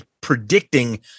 predicting